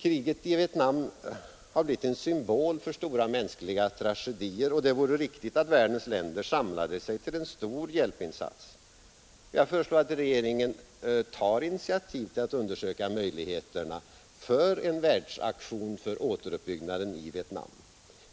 Kriget i Vietnam har blivit en symbol för stora mänskliga tragedier, insatser till Indokinas folk insatser till Indokinas folk och det vore riktigt att världens länder samlade sig till en stor hjälpinsats. Jag föreslår att regeringen tar initiativ till att undersöka möjligheterna för en världsaktion för återuppbyggnaden i Vietnam.